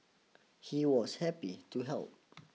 he was happy to help